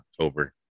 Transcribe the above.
October